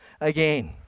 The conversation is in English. again